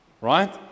Right